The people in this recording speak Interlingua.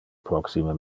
proxime